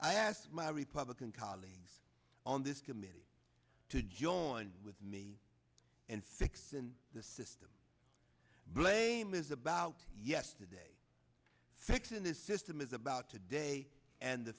i asked my republican colleagues on this committee to join with me and six in the system blame is about yesterday fixing this system is about today and the